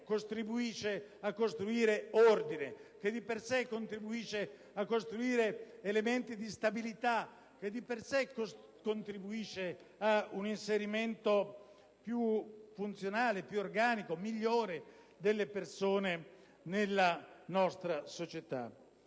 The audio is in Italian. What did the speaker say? contribuisce a costruire ordine e a costituire elementi di stabilità e contribuisce a un inserimento più funzionale, più organico, migliore delle persone nella nostra società?